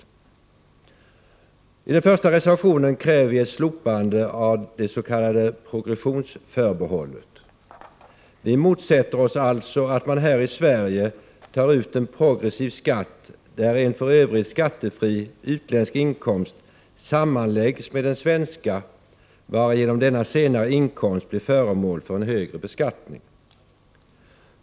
I reservation nr 1 i betänkandet nr 7 kräver vi ett slopande av det s.k. progressionsförbehållet. Vi motsätter oss alltså att man här i Sverige tar ut en progressiv skatt där en för övrigt skattefri utländsk inkomst sammanläggs med den svenska, varigenom denna senare inkomst blir föremål för en högre beskattning.